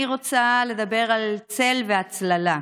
אני רוצה לדבר על צל והצללה.